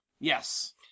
yes